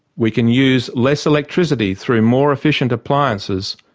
we can use less electricity through more efficient appliances,